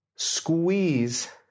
Squeeze